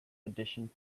edition